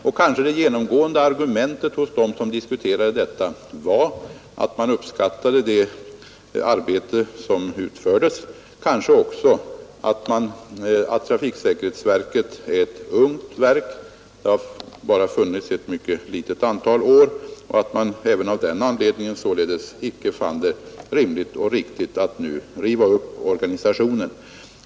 Och det genomgående argumentet hos dem som diskuterade detta var väl att man uppskattade det arbete som utförts, och kanske också att trafiksäkerhetsverket är ett ungt verk — det har bara funnits ett litet antal år — varför man även av den anledningen fann det rimligt och riktigt att icke riva upp organisationen.